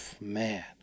Man